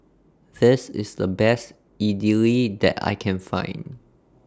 This IS The Best Idili that I Can Find